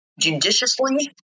judiciously